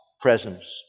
presence